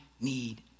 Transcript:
need